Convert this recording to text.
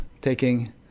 taking